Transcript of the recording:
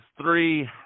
three